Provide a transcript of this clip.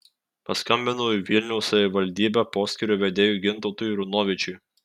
paskambinau į vilniaus savivaldybę poskyrio vedėjui gintautui runovičiui